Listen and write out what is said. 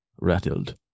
rattled